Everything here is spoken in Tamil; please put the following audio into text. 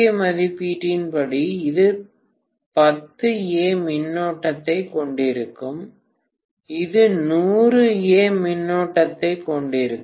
ஏ மதிப்பீட்டின்படி இது 10A மின்னோட்டத்தைக் கொண்டிருக்கும் இது 100A மின்னோட்டத்தைக் கொண்டிருக்கும்